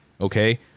Okay